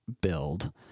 build